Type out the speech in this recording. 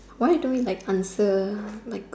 why do we like answer like